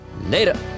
Later